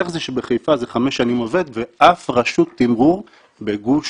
איך זה שבחיפה חמש שנים זה עובד ובאף רשות תמרור בגוש